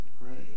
right